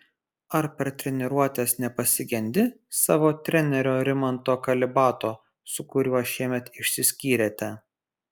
ar per treniruotes nepasigendi savo trenerio rimanto kalibato su kuriuo šiemet išsiskyrėte